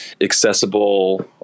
accessible